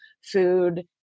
food